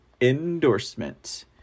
endorsement